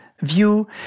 view